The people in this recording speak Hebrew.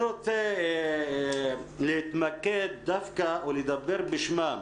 אני רוצה להתמקד דווקא או לדבר בשמם